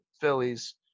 Phillies